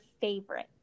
favorite